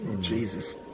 Jesus